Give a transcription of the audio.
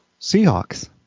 seahawks